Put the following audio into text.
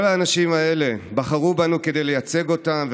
כל האנשים האלה בחרו בנו לייצג אותם,